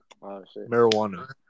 Marijuana